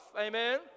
Amen